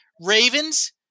Ravens